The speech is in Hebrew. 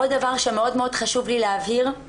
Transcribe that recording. עוד דבר שמאוד מאוד חשוב לי להבהיר הוא